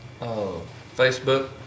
Facebook